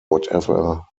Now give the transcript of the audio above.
whatever